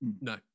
No